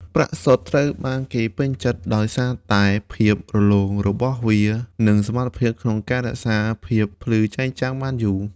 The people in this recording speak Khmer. ប្រាក់សុទ្ធ ត្រូវបានគេពេញចិត្តដោយសារតែភាពរលោងរបស់វា និងសមត្ថភាពក្នុងការរក្សាភាពភ្លឺចែងចាំងបានយូរ។